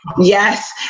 yes